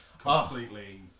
completely